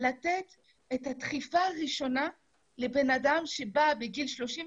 לתת את הדחיפה הראשונה לבן אדם שבא בגיל 33